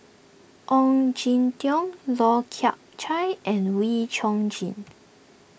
Ong Jin Teong Lau Chiap Khai and Wee Chong Jin